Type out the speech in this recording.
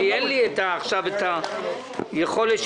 אין לי עכשיו זמן.